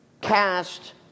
cast